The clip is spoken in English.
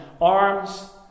Arms